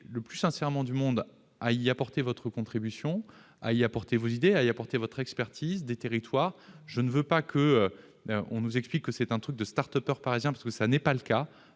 le plus sincèrement du monde à apporter votre contribution, vos idées, votre expertise des territoires. Je ne veux pas que l'on nous explique que c'est un truc de start-uppers parisiens, car ce n'est pas le cas.